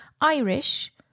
Irish